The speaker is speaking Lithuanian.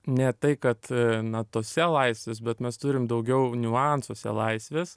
ne tai kad natose laisvės bet mes turim daugiau niuansuose laisvės